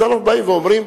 אנחנו באים ואומרים,